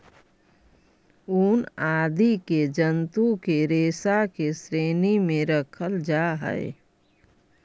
ऊन आदि के जन्तु के रेशा के श्रेणी में रखल जा हई